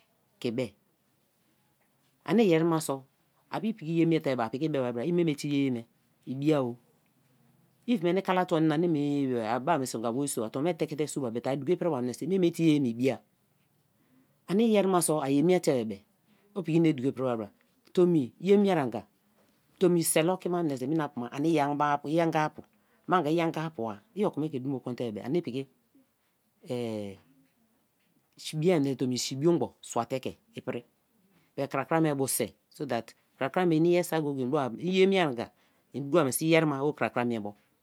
Ke be, ani yeri ma so, iye mie te a piki i be bai bra mei me te i ye ye me i ibi-a-o; if ma ni kala tuo anina ani ye-e be, a be ba meniso wor so a tuo me te ke te so ba but a duko ipri ba meniso, mei me te iye-e me ibia-a, ani iyeri ma so a ye mie te be be i piki ini duko i pri ba bara; tomi ye mie an-ga tomi, select oki ma meniso mi napu ma ani i-amapu, i-angu pie, manga i-anga-pu. a, i'oko me ke dumo kon te be be ani piki mie menise tomi si biogbon sua te ke i pri but krakra me bu sei so that krakra me ini yeri sai go-go-e, i ye mie anga i dukoa mea se i yeri ma o krakra mie bo.